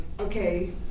Okay